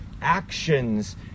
actions